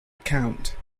account